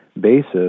basis